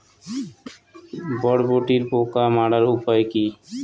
বরবটির পোকা মারার উপায় কি?